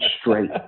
straight